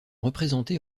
représentées